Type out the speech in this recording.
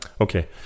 Okay